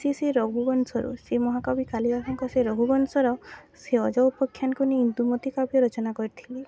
ଶ୍ରୀ ଶ୍ରୀ ରଘୁବଂଶର ଶ୍ରୀ ମହାକବି କାଲିଦାସଙ୍କ ସେ ରଘୁବଂଶର ସେ ଅଜ ଉପଖ୍ୟାନକୁ ନେଇ ଇନ୍ଦୁମତି କବ୍ୟ ରଚନା କରିଥିଲି